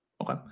okay